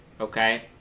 okay